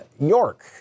York